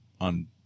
on